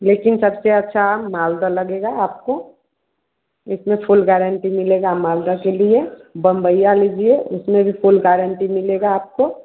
लेकिन सबसे अच्छा आम मालदा लगेगा आपको इसमें फुल गारेंटी मिलेगा मालदा के लिए बम्बईया लीजिए उसमें भी फुल गारेंटी मिलेगा आपको